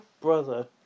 Brother